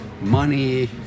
money